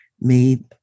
made